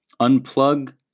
Unplug